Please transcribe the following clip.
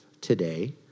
today